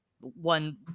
one